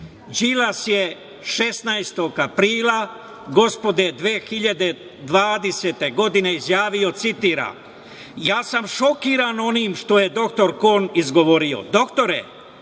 je 16. aprila, gospodnje 2020. godine izjavio, citiram: „Ja sam šokiran onim što je dr Kon izgovorio, doktore,